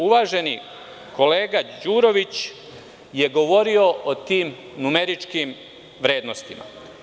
Uvaženi kolega Đurović je govorio o tim numeričkim vrednostima.